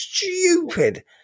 stupid